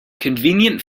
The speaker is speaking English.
convenient